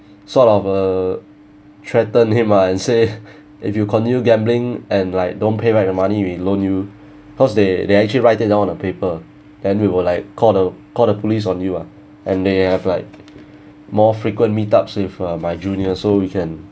sort of a threatened him ah and say if you continue gambling and like don't pay back the money we loan you because they they actually write it down on a paper then we will like call the call the police on you ah and they have like more frequent meet up with uh my junior so we can